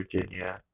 Virginia